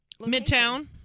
Midtown